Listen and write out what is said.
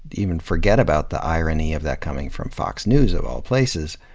even, forget about the irony of that coming from fox news of all places,